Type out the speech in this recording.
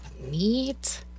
Neat